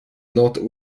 not